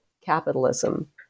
Capitalism